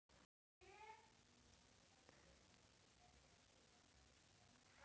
लोग कहलक QR code पर पाय भेज दियौ से क्यू.आर कोड ककरा कहै छै?